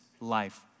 life